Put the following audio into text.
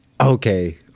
Okay